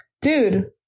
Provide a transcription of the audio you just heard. dude